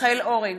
מיכאל אורן,